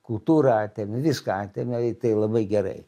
kultūrą atėmė viską atėmė tai labai gerai